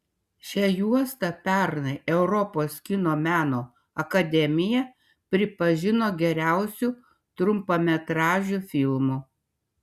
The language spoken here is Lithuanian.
šią juostą pernai europos kino meno akademija pripažino geriausiu trumpametražiu filmu